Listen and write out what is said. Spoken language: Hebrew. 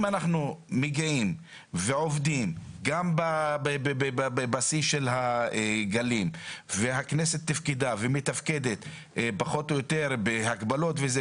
אנחנו מגיעים ועובדים גם בשיא הגל והכנסת תפקדה ומתפקדת עם הגבלות.